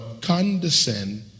condescend